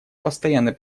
постоянный